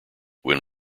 when